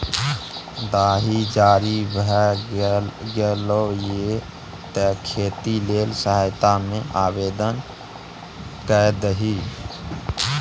दाही जारी भए गेलौ ये तें खेती लेल सहायता मे आवदेन कए दही